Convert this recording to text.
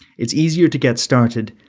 it's easier to get started,